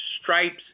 stripes